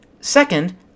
Second